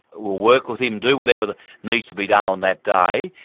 we'll work with him, do whatever needs to be done on that day,